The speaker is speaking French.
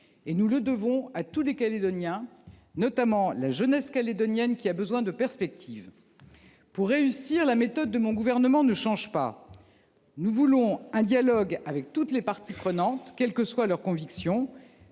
Nous le devons à tous les Calédoniens, notamment à la jeunesse calédonienne qui a besoin de perspectives. Pour y parvenir, la méthode de mon gouvernement ne change pas. Nous voulons un dialogue avec toutes les parties prenantes, quelles que soient leurs convictions.